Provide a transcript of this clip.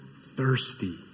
thirsty